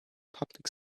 public